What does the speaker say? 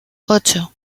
ocho